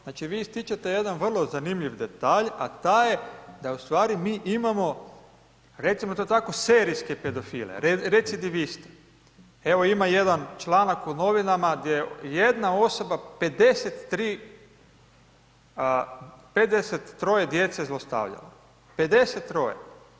Znači vi ističete jedan vrlo zanimljiv detalj a taj je da ustvari mi imamo recimo to tako serijske pedofile, recidiviste, evo ima jedan članak u novinama gdje jedna osoba 53 djece zlostavljala, 53.